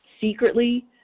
Secretly